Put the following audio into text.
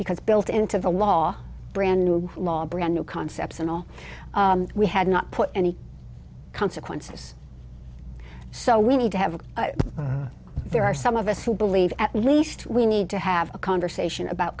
because built into the law brand new law brand new concepts until we had not put any consequences so we need to have a there are some of us who believe at least we need to have a conversation about